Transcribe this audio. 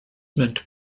meant